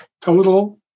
total